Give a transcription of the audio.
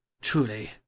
truly